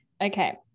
Okay